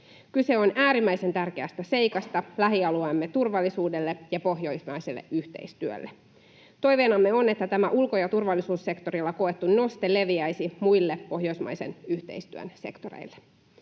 Kyse on äärimmäisen tärkeästä seikasta lähialueemme turvallisuudelle ja pohjoismaiselle yhteistyölle. Toiveenamme on, että tämä ulko- ja turvallisuussektorilla koettu noste leviäisi muille pohjoismaisen yhteistyön sektoreille.